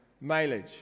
mileage